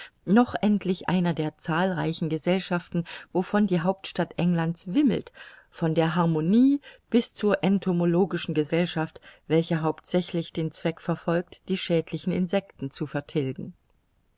noch endlich einer der zahlreichen gesellschaften wovon die hauptstadt englands wimmelt von der harmonie bis zur entomologischen gesellschaft welche hauptsächlich den zweck verfolgt die schädlichen insecten zu vertilgen